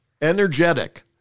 energetic